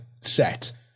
set